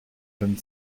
done